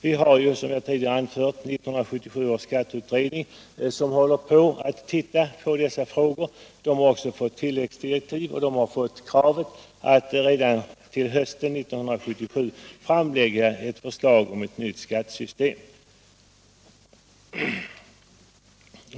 Som jag tidigare anfört håller 1977 års skatteutredning på att se över dessa frågor. Den har också fått tilläggsdirektiv med krav att redan till hösten 1977 framlägga förslag om ett nytt skattesystem.